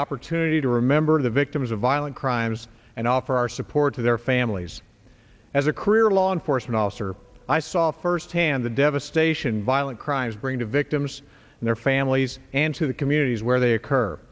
opportunity to remember the victims of violent crimes and offer our support to their families as a career law enforcement officer i saw firsthand the devastation violent crimes bring to victims and their families and to the communities where they occur